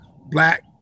black